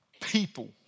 people